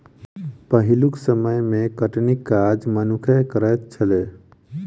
पहिलुक समय मे कटनीक काज मनुक्खे करैत छलै